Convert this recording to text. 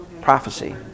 prophecy